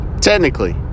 technically